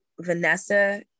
Vanessa